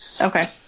Okay